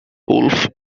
wolf